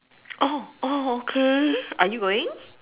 oh oh okay are you going